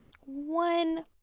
One